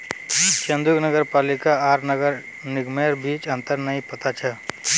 चंदूक नगर पालिका आर नगर निगमेर बीच अंतर नइ पता छ